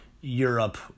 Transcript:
Europe